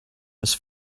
his